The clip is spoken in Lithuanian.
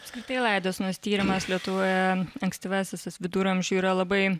apskritai laidosenos tyrimas lietuvoje ankstyviausiasis tas viduramžių yra labai